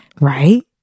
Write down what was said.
Right